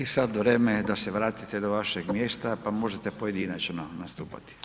I sad vreme je da se vratite do vašeg mjesta, pa možete pojedinačno nastupati.